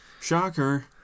Shocker